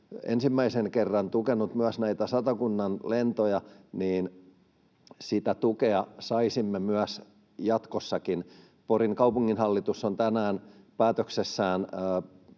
ensimmäisen kerran tukenut myös näitä Satakunnan lentoja, niin sitä tukea saisimme jatkossakin. Porin kaupunginhallitus on tänään päätöksessään